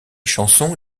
chansons